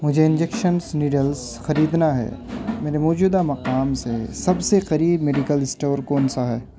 مجھے injections needles خریدنا ہے میرے موجودہ مقام سے سب سے قریب میڈیکل اسٹور کون سا ہے